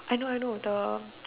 I know I know the